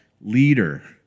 leader